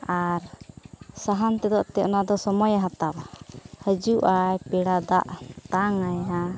ᱟᱨ ᱥᱟᱦᱟᱱ ᱛᱮᱫᱚ ᱮᱱᱛᱮᱫ ᱚᱱᱟᱫᱚ ᱥᱚᱢᱚᱭᱮ ᱦᱟᱛᱟᱣᱟ ᱦᱤᱡᱩᱜ ᱟᱨ ᱯᱮᱲᱟ ᱫᱟᱜ ᱮᱢ ᱛᱟᱝ ᱟᱭᱟ